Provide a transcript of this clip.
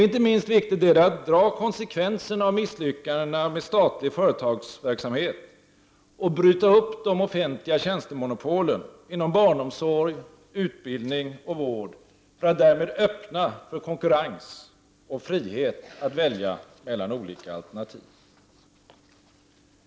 Inte minst viktigt är det att dra konsekvenserna av misslyckandena med statlig företagsverksamhet och bryta upp de offentliga tjänstemonopolen inom barnomsorg, utbildning och vård för att därmed öppna för konkurrens och frihet att välja mellan olika alternativ.